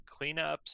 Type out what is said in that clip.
cleanups